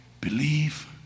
believe